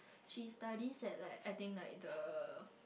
she studies at like I think like the